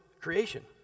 creation